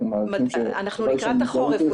אנחנו מעריכים שהמודעות היא רחבה --- אנחנו לקראת החורף.